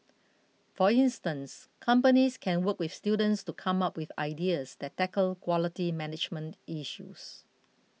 for instance companies can work with students to come up with ideas that tackle quality management issues